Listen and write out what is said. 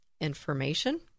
information